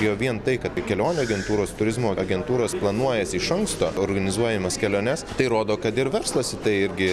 jau vien tai kad kelionių agentūros turizmo agentūros planuojasi iš anksto organizuojamas keliones tai rodo kad ir verslas į tai irgi